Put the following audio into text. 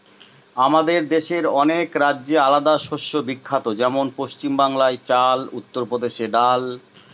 আমাদের দেশের অনেক রাজ্যে আলাদা শস্য বিখ্যাত যেমন পশ্চিম বাংলায় চাল, উত্তর প্রদেশে ডাল